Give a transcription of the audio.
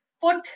put